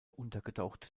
untergetaucht